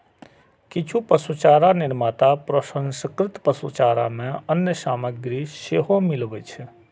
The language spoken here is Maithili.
किछु पशुचारा निर्माता प्रसंस्कृत पशुचारा मे अन्य सामग्री सेहो मिलबै छै